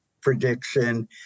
prediction